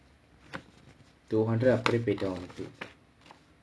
two hundred அப்படியே போயிட்டு அவனுக்கு:appadiyae poyittu avanukku